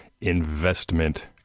investment